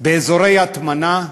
באזורי הטמנה,